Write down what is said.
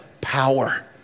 power